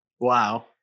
Wow